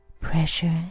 Pressure